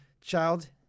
child